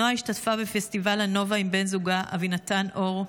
נועה השתתפה בפסטיבל הנובה עם בן זוגה אבינתן אור,